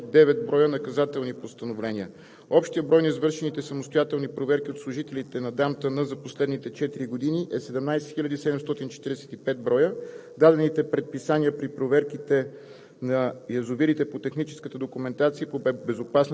за установяване на административни нарушения и наказания, са издадени 189 броя наказателни постановления. Общият брой на извършените самостоятелни проверки от служителите на ДАМТН за последните четири години е 17 745 броя. Дадените предписания при проверките